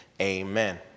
amen